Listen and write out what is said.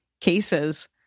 cases